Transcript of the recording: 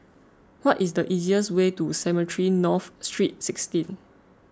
what is the easiest way to Cemetry North St sixteen